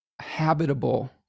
habitable